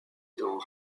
dans